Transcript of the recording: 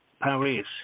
paris